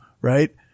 Right